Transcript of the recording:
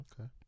okay